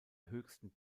höchsten